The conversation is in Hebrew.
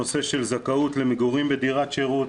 הנושא של זכאות למגורים בדירת שירות,